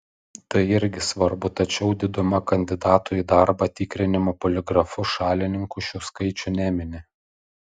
tai irgi svarbu tačiau diduma kandidatų į darbą tikrinimo poligrafu šalininkų šių skaičių nemini